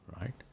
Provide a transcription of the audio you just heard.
right